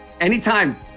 Anytime